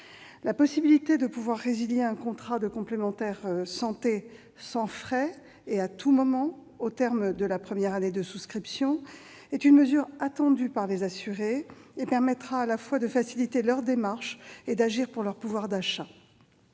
La possibilité de résilier un contrat de complémentaire santé sans frais et à tout moment, au terme de la première année de souscription, est une mesure attendue par les assurés ; elle facilitera leurs démarches et leur permettra d'agir pour leur pouvoir d'achat.